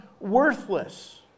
worthless